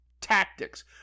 tactics